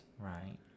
Right